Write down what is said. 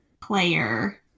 player